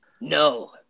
No